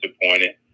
disappointed